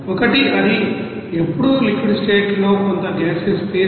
ఒకటి అది ఎప్పుడు లిక్విడ్ స్టేట్ లో కొంత గాసీయోస్ ఫేస్